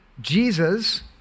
Jesus